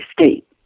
state